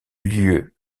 lieu